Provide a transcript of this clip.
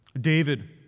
David